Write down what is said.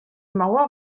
mauer